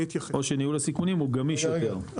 או שניהול הסיכונים הוא גמיש יותר?